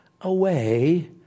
away